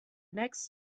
next